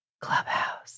Clubhouse